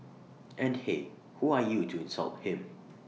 and hey who are you to insult him